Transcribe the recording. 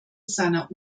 seiner